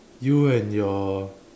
you and your